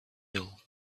ill